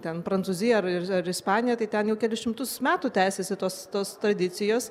ten prancūziją ar ar ispaniją tai ten jau kelis šimtus metų tęsiasi tos tos tradicijos